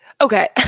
Okay